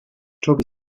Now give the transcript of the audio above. toby